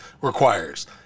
requires